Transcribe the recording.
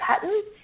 patterns